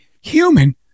human